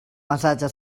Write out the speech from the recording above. massatge